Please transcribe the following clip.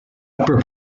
upper